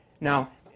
Now